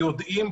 יודעים,